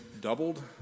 doubled